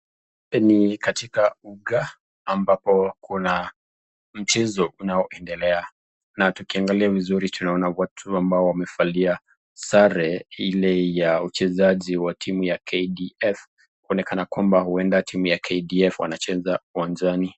ni katika uga ambapo kuna mchezo unaoendelea. Na tukiangalia vizuri tunaona watu ambao wamevalia sare ile ya uchezaji wa timu ya KDF . Kuonekana kwamba huenda timu ya KDF wanacheza uwanjani.